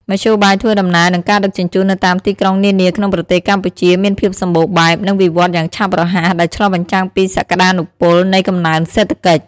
មធ្យោបាយធ្វើដំណើរ និងការដឹកជញ្ជូននៅតាមទីក្រុងនានាក្នុងប្រទេសកម្ពុជាមានភាពសម្បូរបែប និងវិវត្តន៍យ៉ាងឆាប់រហ័ស ដែលឆ្លុះបញ្ចាំងពីសក្ដានុពលនៃកំណើនសេដ្ឋកិច្ច។